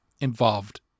involved